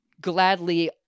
gladly